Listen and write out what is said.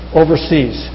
overseas